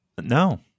No